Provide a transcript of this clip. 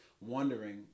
wondering